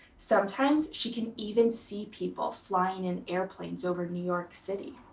sometimes she can even see people flying in airplanes over new york city.